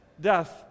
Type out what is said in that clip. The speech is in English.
Death